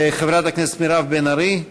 חברת הכנסת מירב בן ארי,